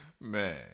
Man